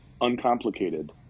uncomplicated